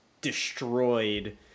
destroyed